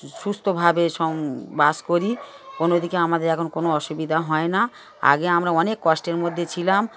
সুস্থভাবে সং বাস করি কোনোদিকে আমাদের এখন কোনো অসুবিধা হয় না আগে আমরা অনেক কষ্টের মধ্যে ছিলাম